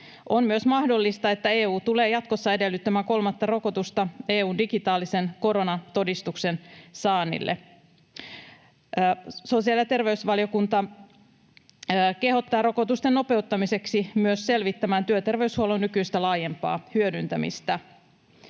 On myös mahdollista, että EU tulee jatkossa edellyttämään kolmatta rokotusta EU:n digitaalisen koronatodistuksen saamiseksi. Sosiaali- ja terveysvaliokunta kehottaa rokotusten nopeuttamiseksi myös selvittämään työterveyshuollon nykyistä laajempaa hyödyntämistä.